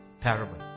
parable